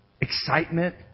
Excitement